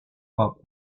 pas